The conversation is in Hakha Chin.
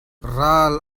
ral